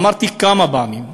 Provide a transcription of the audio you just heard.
אמרתי כמה פעמים והבהרתי: